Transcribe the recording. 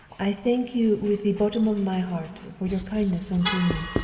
i thank you with the bottom of my heart for your kindness unto me.